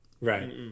Right